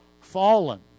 fallen